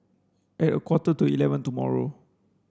at a quarter to eleven tomorrow